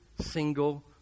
single